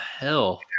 hell